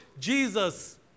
Jesus